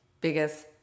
biggest